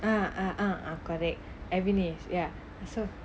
ah ah ah ah correct abhinesh ya so